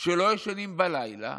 שלא ישנים בלילה